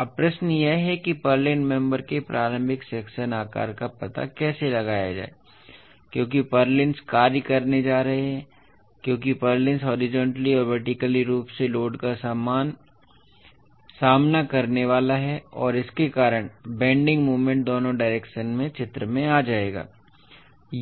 अब प्रश्न यह है कि पुर्लिन्स मेम्बर के प्रारंभिक सेक्शन आकार का पता कैसे लगाया जाए क्योंकि पुर्लिन्स कार्य करने जा रहा है क्योंकि पुर्लिन्स हॉरिजॉन्टली और वर्टिकली रूप से लोड का सामना करने वाला है और इसके कारण बेन्डिंग मोमेंट दोनों डायरेक्शनस में चित्र में आ जाएगा